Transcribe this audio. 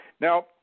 Now